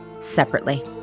separately